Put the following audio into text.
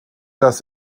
das